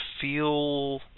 feel